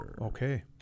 Okay